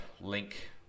link